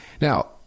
Now